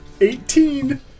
eighteen